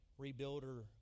rebuilder